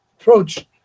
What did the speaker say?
approach